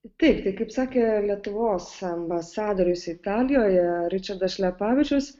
taip tai kaip sakė lietuvos ambasadorius italijoje ričardas šlepavičius